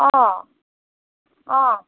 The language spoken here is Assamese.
অঁ অঁ